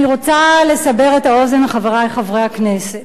אני רוצה לסבר את האוזן, חברי חברי הכנסת.